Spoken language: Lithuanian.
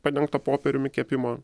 padengtą popieriumi kepimo